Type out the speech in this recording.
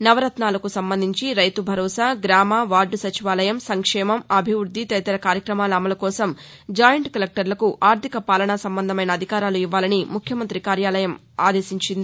నవరత్నాలకు సంబంధించి రైతు భరోసా గ్రామ వార్డు సచివాలయం సంక్షేమం అభివృద్ది తదితర కార్యక్రమాల అమలు కోసం జాయింట్ కలెక్టర్లకు ఆర్థిక పాలనా సంబంధమైన అధికారాలు ఇవ్వాలని ముఖ్యమంత్రి కార్యాలయం ఆశించింది